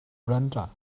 brenda